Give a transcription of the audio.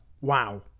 wow